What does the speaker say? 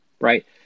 right